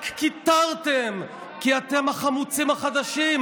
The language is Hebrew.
רק קיטרתם, כי אתם החמוצים החדשים.